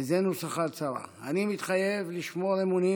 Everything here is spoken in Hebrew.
זה נוסח ההצהרה: "אני מתחייב לשמור אמונים